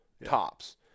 Tops